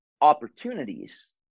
opportunities